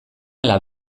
ala